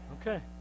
Okay